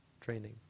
training